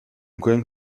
going